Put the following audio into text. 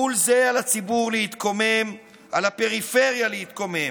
מול זה על הציבור להתקומם, על הפריפריה להתקומם,